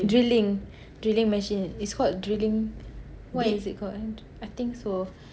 drilling drilling machine it's called drilling what is it called I think so